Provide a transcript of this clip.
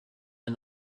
uns